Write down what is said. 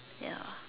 yeah